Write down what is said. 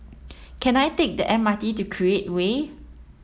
can I take the M R T to Create Way